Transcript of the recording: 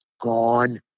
Gone